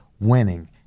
winning